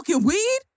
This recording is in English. weed